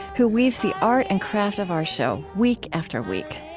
who weaves the art and craft of our show, week after week.